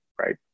right